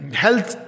health